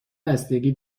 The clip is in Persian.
بستگی